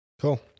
Cool